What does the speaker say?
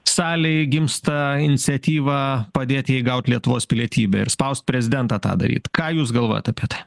salėj gimsta iniciatyva padėti įgaut lietuvos pilietybę ir spaust prezidentą tą daryt ką jūs galvojat apie tai